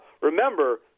remember